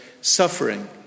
suffering